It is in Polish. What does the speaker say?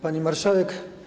Pani Marszałek!